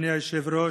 אדוני היושב-ראש,